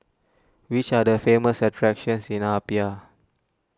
which are the famous attractions in Apia